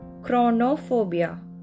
chronophobia